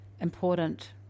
important